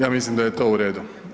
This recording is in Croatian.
Ja mislim da je to u redu.